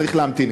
צריך להמתין,